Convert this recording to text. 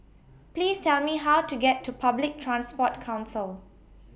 Please Tell Me How to get to Public Transport Council